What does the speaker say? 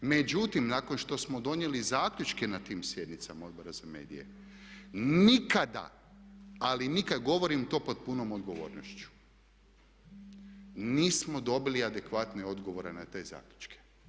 Međutim, nakon što smo donijeli zaključke na tim sjednicama Odbora za medije nikada ali nikada, govorim to pod punom odgovornošću nismo dobili adekvatne odgovore na te zaključke.